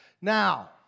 Now